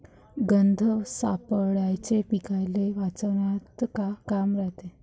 गंध सापळ्याचं पीकाले वाचवन्यात का काम रायते?